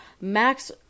Max